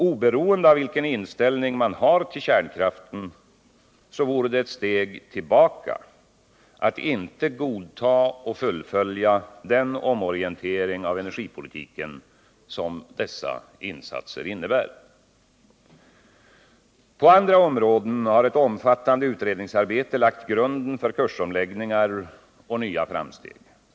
Oberoende av vilken inställning man har till kärnkraften vore det ett steg tillbaka att inte godta och fullfölja den omorientering av energipolitiken som dessa insatser innebär. På andra områden har ett omfattande utredningsarbete lagt grunden för kursomläggningar och nya framsteg.